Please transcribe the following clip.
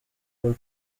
paul